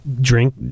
drink